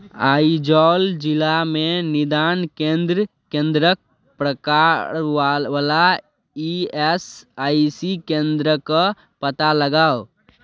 आइजॉल जिलामे निदान केन्द्र केन्द्रक प्रकारवाल वला ई एस आइ सी केन्द्रक पता लगाउ